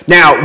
Now